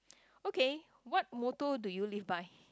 okay what motto do you live by